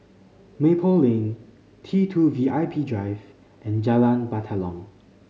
Maple Lane T Two V I P Drive and Jalan Batalong